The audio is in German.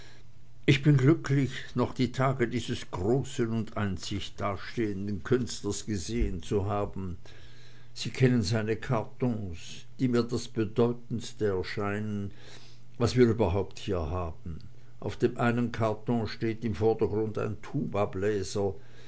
ich bin glücklich noch die tage dieses großen und einzig dastehenden künstlers gesehen zu haben sie kennen seine kartons die mir das bedeutendste scheinen was wir überhaupt hier haben auf dem einen karton steht im vordergrund ein